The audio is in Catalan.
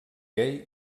gai